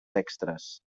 extres